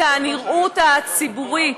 את הנראות הציבורית.